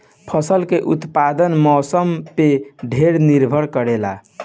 फसल के उत्पादन मौसम पे ढेर निर्भर करेला